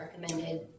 recommended